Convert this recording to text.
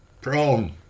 Prone